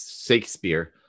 Shakespeare